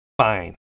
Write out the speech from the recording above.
Fine